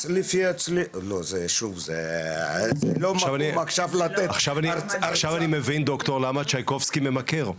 עכשיו אני מבין דוקטור למה צ'ייקובסקי ממכר.